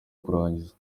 kurangiza